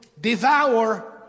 devour